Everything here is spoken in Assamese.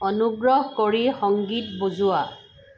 অনুগ্ৰহ কৰি সংগীত বজোৱা